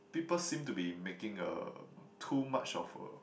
people seem to be making a too much of a